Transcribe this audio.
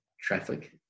traffic